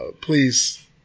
please